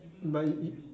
but u~